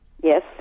Yes